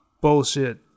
bullshit